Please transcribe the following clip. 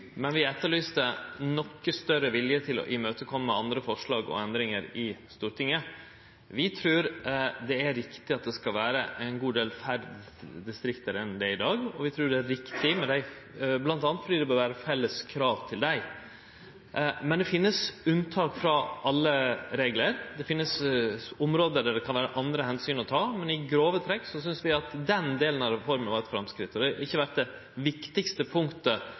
Men vi etterlyste noko større vilje til å gå inn for andre forslag og endringar i Stortinget. Vi trur det er riktig at det skal vere ein god del færre distrikt enn det er i dag, og vi trur det er riktig bl.a. fordi det må vere felles krav til dei. Men det finst unntak frå alle reglar. Det finst område der det kan vere andre omsyn ein må ta, men i grove rekk synest vi at den delen av reforma var eit framsteg. Det har ikkje vore det viktigaste punktet